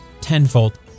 tenfold